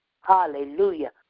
Hallelujah